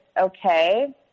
okay